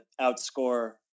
outscore